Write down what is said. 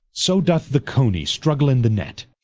so doth the connie struggle in the net